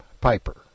Piper